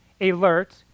alert